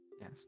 Yes